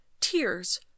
TEARS